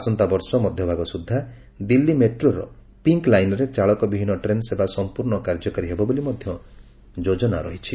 ଆସନ୍ତାବର୍ଷ ମଧ୍ୟଭାଗ ସୁଦ୍ଧା ଦିଲ୍ଲୀ ମେଟ୍ରୋର ପିଙ୍କ୍ ଲାଇନ୍ରେ ଚାଳକ ବିହୀନ ଟ୍ରେନ୍ସେବା ସମ୍ପର୍ଷ୍ଣ କାର୍ଯ୍ୟକାରୀ ହେବ ବୋଲି ମଧ୍ୟ ଯୋଜନା ରହିଛି